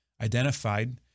identified